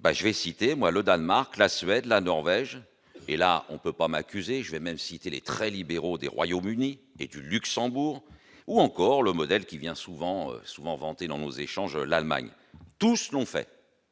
ben je vais citer moi le Danemark, la Suède, la Norvège et là on peut pas m'accuser, je vais même citer les très libéraux des Royaume-Uni et du Luxembourg ou encore le modèle qui vient souvent souvent vanté dans nos échanges, l'Allemagne, tous l'ont fait.